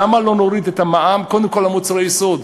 למה לא נוריד את המע"מ קודם כול על מוצרי היסוד?